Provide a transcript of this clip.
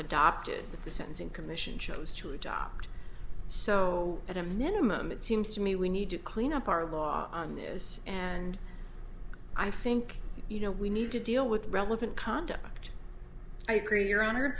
dopted with the sentencing commission chose to adopt so at a minimum it seems to me we need to clean up our law on this and i think you know we need to deal with relevant conduct